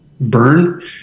burn